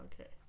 okay